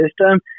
system